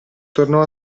tornò